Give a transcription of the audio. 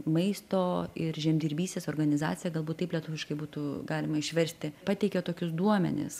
maisto ir žemdirbystės organizacija galbūt taip lietuviškai būtų galima išversti pateikia tokius duomenis